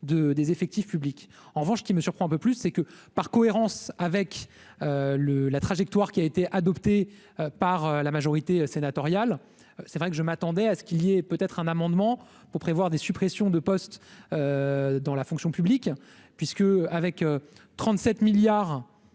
des effectifs publics en revanche ce qui me surprend un peu plus, c'est que, par cohérence avec le la trajectoire qui a été adopté par la majorité sénatoriale, c'est vrai que je m'attendais à ce qui est peut-être un amendement pour prévoir des suppressions de postes dans la fonction publique, puisque avec 37 milliards